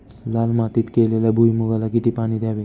लाल मातीत केलेल्या भुईमूगाला किती पाणी द्यावे?